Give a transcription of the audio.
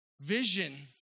Vision